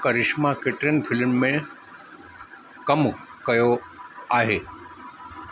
करिश्मा केतिरनि फिल्मु में कमु कयो आहे